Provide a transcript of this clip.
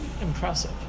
impressive